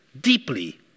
deeply